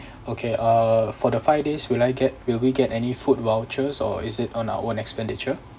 okay uh for the five days will I get will we get any food vouchers or is it on our own expenditure